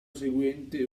seguente